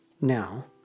Now